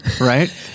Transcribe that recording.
right